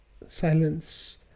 silence